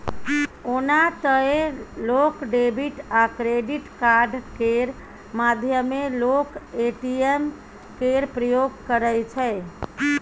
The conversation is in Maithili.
ओना तए लोक डेबिट आ क्रेडिट कार्ड केर माध्यमे लोक ए.टी.एम केर प्रयोग करै छै